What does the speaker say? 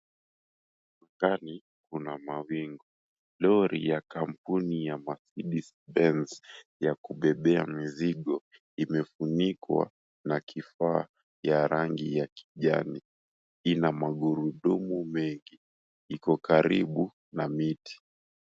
Angani kuna mawingu. Lori ya kampuni ya "Mercedes Benz" ya kubebea mizigo imefunikwa na kifaa ya rangi ya kijani. Ina magurudumu mengi. Iko karibu na miti.